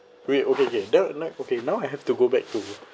we okay okay then now okay now I have to go back to